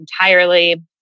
entirely